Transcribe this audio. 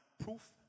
proof